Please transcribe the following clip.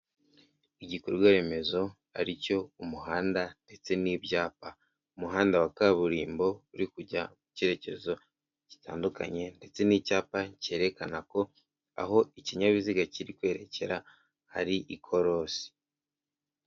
Igikorwa remezo ari cyo umuhanda ndetse n'ibyapa, umuhanda wa kaburimbo uri kujya mu cyerekezo gitandukanye, ndetse n'icyapa cyerekana ko aho ikinyabiziga kiri kwerekera, hari ikorosi.